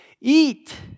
eat